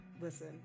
listen